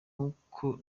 uko